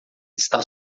está